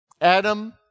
Adam